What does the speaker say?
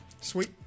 Sweet